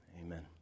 Amen